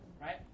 right